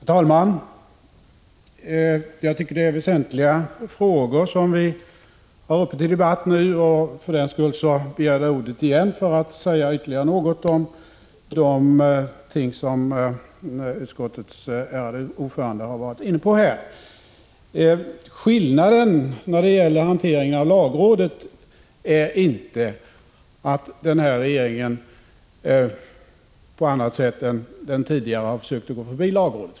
Herr talman! Jag tycker att det är väsentliga frågor som vi har uppe till debatt. Därför begärde jag ordet igen för att säga ytterligare något om de ting som utskottets ärade ordförande har varit inne på här. Skillnaden beträffande hanteringen av lagrådet är inte att den här regeringen på annat sätt än den tidigare försökt gå förbi lagrådet.